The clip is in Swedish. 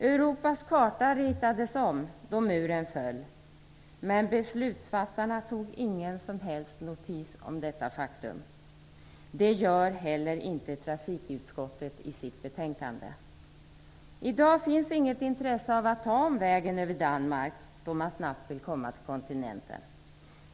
Europas karta ritades om då muren föll. Beslutsfattarna tog dock ingen som helst notis om detta faktum. Det gör inte heller trafikutskottet i sitt betänkande. I dag finns inget intresse av att ta omvägen över Danmark då man snabbt vill komma till kontinenten.